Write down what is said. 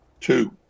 two